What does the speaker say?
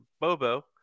Bobo